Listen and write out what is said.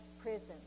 prison